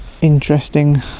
Interesting